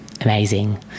Amazing